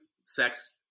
sex